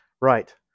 Right